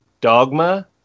dogma